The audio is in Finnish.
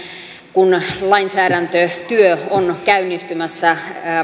kun lainsäädäntötyö on käynnistymässä